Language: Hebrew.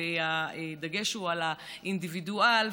והדגש הוא על האינדיבידואל.